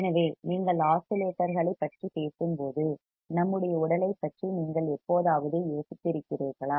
எனவே நீங்கள் ஆஸிலேட்டர்களைப் பற்றி பேசும்போது நம்முடைய உடலைப் பற்றி நீங்கள் எப்போதாவது யோசித்திருக்கிறீர்களா